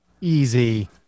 Easy